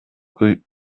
rue